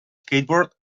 skateboard